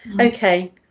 okay